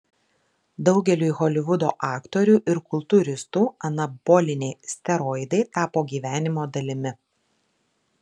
daugeliui holivudo aktorių ir kultūristų anaboliniai steroidai tapo gyvenimo dalimi